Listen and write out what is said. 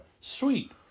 Sweet